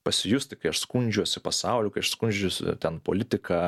pasijusti kai aš skundžiuosi pasauliu kai aš skundžiuosi ten politika